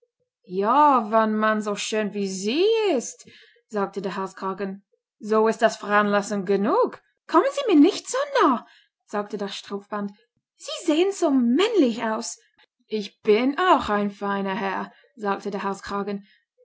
ja wenn man so schön wie sie ist sagte der halskragen so ist das veranlassung genug kommen sie mir nicht so nahe sagte das strumpfband sie sehen so männlich aus ich bin auch ein feiner herr sagte der